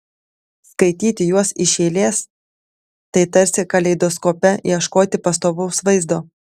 skaityti juos iš eilės tai tarsi kaleidoskope ieškoti pastovaus vaizdo